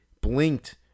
blinked